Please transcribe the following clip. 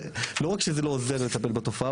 ולא רק שזה לא עוזר לטפל בתופעה,